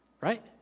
right